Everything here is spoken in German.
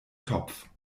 topf